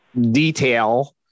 detail